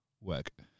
work